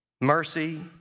Mercy